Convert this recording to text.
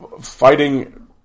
fighting